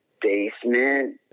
basement